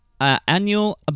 annual